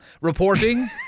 reporting